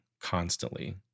constantly